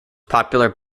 popular